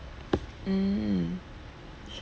mm